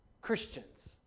Christians